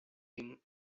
him